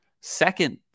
Second